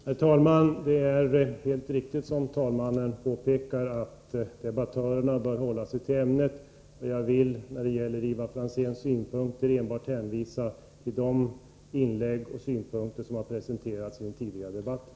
Herr talman! Det är helt riktigt, som talmannen påpekar, att debattörerna bör hålla sig till ämnet. Jag vill när det gäller Ivar Franzéns synpunkter enbart hänvisa till de inlägg och uppfattningar som har presenterats i den tidigare debatten.